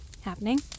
happening